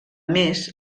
més